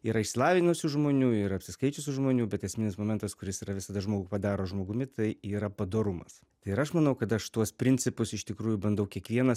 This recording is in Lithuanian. yra išsilavinusių žmonių yra apsiskaičiusių žmonių bet esminis momentas kuris yra visada žmogų padaro žmogumi tai yra padorumas ir aš manau kad aš tuos principus iš tikrųjų bandau kiekvieną